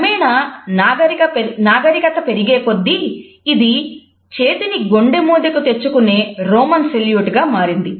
క్రమేణా నాగరికత పెరిగే కొద్దీ ఇది చేతిని గుండె మీద కు తెచ్చుకునే రోమన్ సెల్యూట్ గా మారింది